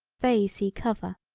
they see cover.